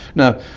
now,